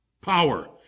power